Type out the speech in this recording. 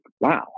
wow